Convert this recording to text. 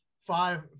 five